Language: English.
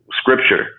scripture